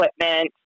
equipment